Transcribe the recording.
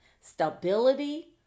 stability